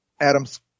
Adams